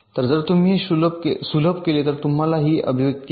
तर जर तुम्ही हे सुलभ केले तर तुम्हाला ही अभिव्यक्ती मिळेल